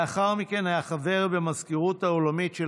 לאחר מכן היה חבר במזכירות העולמית של